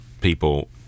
people